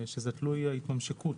זה תלוי התממשקות,